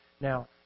Now